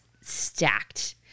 stacked